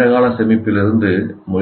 நீண்ட கால சேமிப்பிலிருந்து